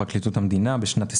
פרקליטות המדינה בשנת 2020,